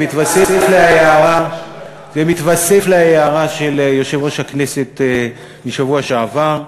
זה מתווסף להערה של יושב-ראש הכנסת מהשבוע שעבר,